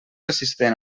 assistent